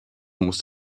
muss